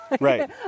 right